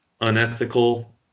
unethical